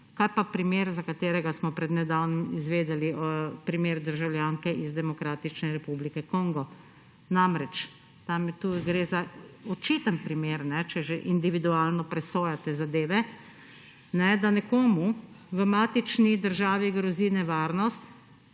Kaj pa primer, za katerega smo pred nedavnim izvedeli, primer državljanke iz Demokratične republike Kongo? Namreč, tu gre za očiten primer, če že individualno presojate zadeve, da nekomu v matični državi grozi nevarnost,